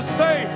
say